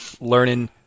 learning